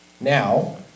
Now